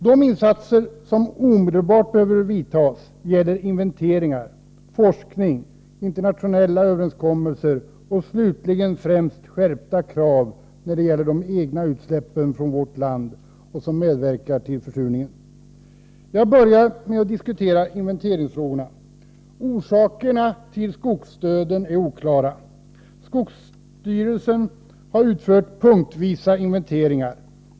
De insatser som omedelbart behöver vidtas gäller inventeringar, forskning, internationella överenskommelser och slutligen främst skärpta krav beträffande de egna utsläppen från vårt land, som medverkar till försurningen. Jag börjar med att diskutera inventeringsfrågorna. Orsakerna till skogsdöden är oklara. Skogsstyrelsen har utfört punktvisa inventeringar.